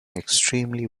extremely